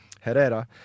Herrera